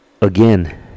again